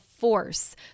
force